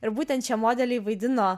ir būtent šie modeliai vaidino